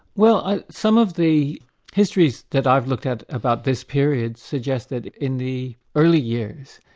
well some of the histories that i've looked at about this period suggest that in the early years,